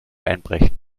einbrechen